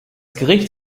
gericht